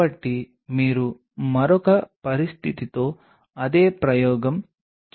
కాబట్టి poly D lysine పని చేసే విధానం ఇలా ఉంటుంది